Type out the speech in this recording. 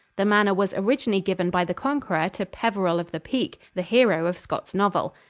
the manor was originally given by the conqueror to peveril of the peak, the hero of scott's novel.